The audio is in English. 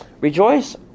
Rejoice